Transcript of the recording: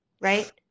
right